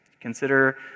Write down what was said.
Consider